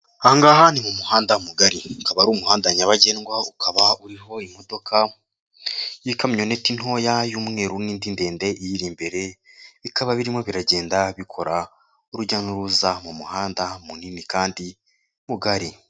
Aha ngaha ni mu muhanda mugari akaba ari umuhanda nyabagendwa, ukaba uriho imodoka y'ikamyoneti ntoya y'umweru n'indi ndende iri imbere, bikaba birimo biragenda bikora urujya n'uruza mu muhanda munini kandi mugari.